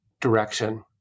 direction